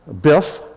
Biff